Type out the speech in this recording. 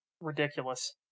ridiculous